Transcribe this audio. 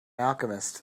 alchemist